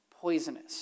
poisonous